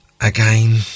again